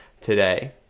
today